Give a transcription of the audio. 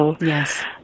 Yes